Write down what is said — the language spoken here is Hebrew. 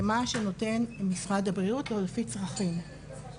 למה שנותן משרד הבריאות ולפי צרכים.